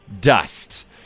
dust